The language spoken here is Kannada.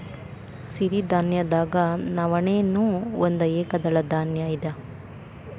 ಸಿರಿಧಾನ್ಯದಾಗ ನವಣೆ ನೂ ಒಂದ ಏಕದಳ ಧಾನ್ಯ ಇದ